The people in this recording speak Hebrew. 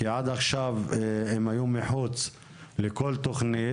כי עד עכשיו הם היו מחוץ לכל תכנית.